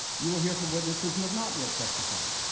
you will hear from witnesses who have not yet testified.